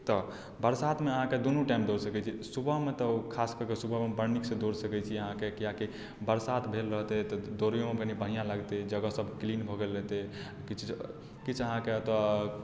तऽ बरसातमे अहाँकेँ दुनू टाइम दौड़ि सकैत छी सुबहमे तऽ खास कऽ के सुबहमे बड नीकसँ दौड़ि सकैत छी अहाँकेँ कियाकि बरसात भेल रहतै तऽ दौड़ैओमे कनि बढ़िआँ लगतै जगहसभ क्लीन भऽ गेल रहतै किछु जे किछु अहाँके तऽ